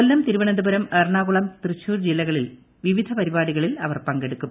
കൊല്ലം തിരുവനന്തപുരം എറണാകുളം തൃശൂർ ജില്ലകളിൽ വിവിധ പരിപാടികളിൽ അവർ പങ്കെടുക്കും